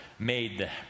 made